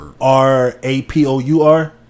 R-A-P-O-U-R